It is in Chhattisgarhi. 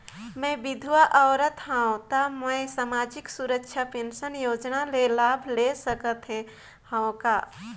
मैं विधवा औरत हवं त मै समाजिक सुरक्षा पेंशन योजना ले लाभ ले सकथे हव का?